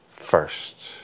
first